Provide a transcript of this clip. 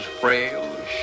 frail